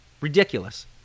Ridiculous